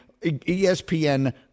ESPN